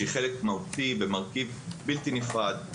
שהיא חלק מהותי ומרכיב בלתי נפרד,